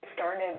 started